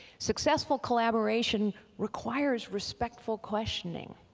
successful collaboration requires respectful questioning.